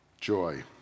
joy